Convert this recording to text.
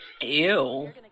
Ew